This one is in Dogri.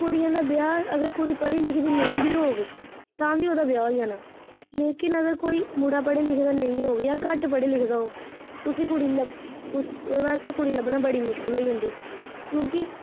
कुड़ियें दा ब्याह अगर कुड़ी पढ़ी लिखी दी नेई बी होग तां बी ओह्दा बयाह होई जाना लेकिन अगर मुड़ा कोई पढ़े लिखे दा नेई होग जां घट्ट पढ़े लिखे दा होग उसी कुड़ी ओह्दे आस्तै कु़ड़ी लब्भना बड़ी मुश्किल होई जंदी क्योंकि